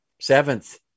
seventh